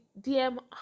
dm